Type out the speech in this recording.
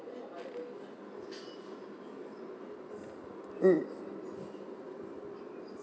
mm